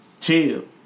Chill